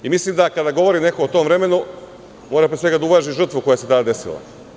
Mislim da, kada govori neko o tom vremenu, mora pre svega da uvaži žrtvu koja se tada desila.